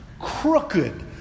crooked